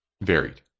varied